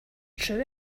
true